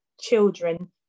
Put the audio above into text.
children